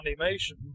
animation